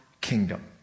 kingdom